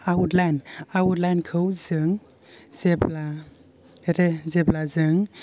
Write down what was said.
आवट line out line खौ जों जेब्ला जेब्ला जों